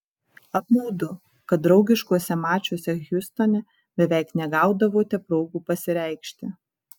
apmaudu kad draugiškuose mačuose hjustone beveik negaudavote progų pasireikšti